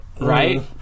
right